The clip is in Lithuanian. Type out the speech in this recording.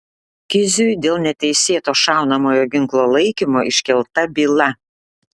kiziui dėl neteisėto šaunamojo ginklo laikymo iškelta byla